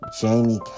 Jamie